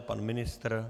Pan ministr?